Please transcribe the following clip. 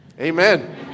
Amen